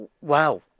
wow